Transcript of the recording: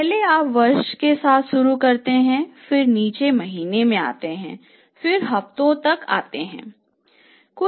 पहले आप वर्ष के साथ शुरू करते हैं फिर नीचे महीने मे आते हैं फिर हफ्तों तक आते हैं